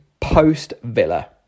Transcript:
post-Villa